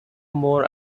more